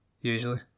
usually